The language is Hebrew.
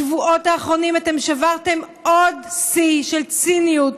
בשבועות האחרונים אתם שברתם עוד שיא של ציניות